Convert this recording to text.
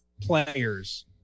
players